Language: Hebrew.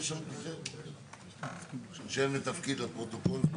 שם ותפקיד לפרוטוקול.